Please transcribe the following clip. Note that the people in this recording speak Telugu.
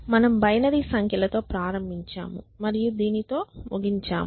మనము బైనరీ సంఖ్యలతో తో ప్రారంభించాము మరియు దీనితో ముగించాము